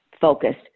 focused